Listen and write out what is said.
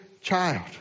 child